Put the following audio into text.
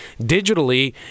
digitally